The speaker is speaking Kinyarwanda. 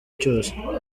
cyose